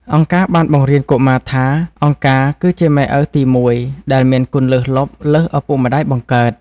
អង្គការបានបង្រៀនកុមារថា «អង្គការគឺជាម៉ែឪទីមួយ» ដែលមានគុណលើសលប់លើសឪពុកម្ដាយបង្កើត។